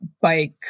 bike